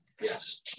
Yes